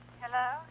Hello